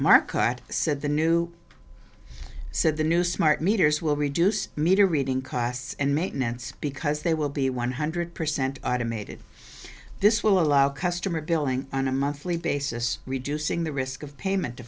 market said the new said the new smart meters will reduce meter reading costs and maintenance because they will be one hundred percent automated this will allow customers billing on a monthly basis reducing the risk of payment